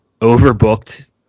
overbooked